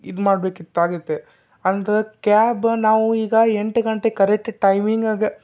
ಇದು ಮಾಡ್ಬೇಕಿತ್ತು ಆಗುತ್ತೆ ಅಂದರೆ ಕ್ಯಾಬ್ ನಾವು ಈಗ ಎಂಟು ಗಂಟೆಗೆ ಕರೆಕ್ಟ್ ಟೈಮಿಂಗಗೆ